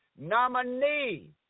nominee